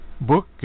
book